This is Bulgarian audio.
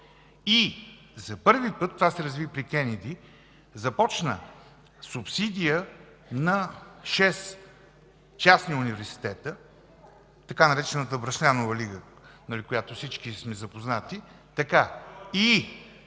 И за първи път – това се разви при Кенеди, започна субсидия на шест частни университета, така наречената „Бръшлянова лига”, с която всички сме запознати.